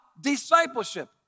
discipleship